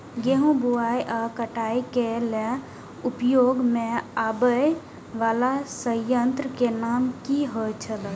गेहूं बुआई आ काटय केय लेल उपयोग में आबेय वाला संयंत्र के नाम की होय छल?